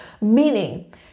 meaning